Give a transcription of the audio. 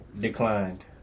Declined